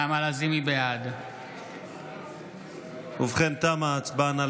בעד ובכן, תמה ההצבעה.